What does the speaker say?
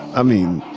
i mean,